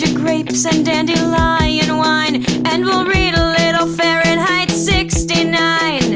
ah grapes and dandelion wine and we'll read a little fahrenheit sixty nine.